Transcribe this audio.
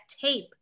tape